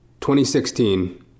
2016